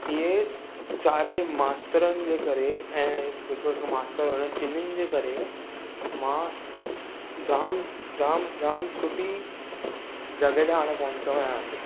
इहे चारई मास्तरनि जे करे ऐं जेको हिकु मास्तर हुयो चइनीनि करे मां जाम जाम जाम सुठी जॻहि ते हाणे पहुतो आहियां अॼु